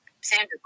Sandra